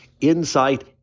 insight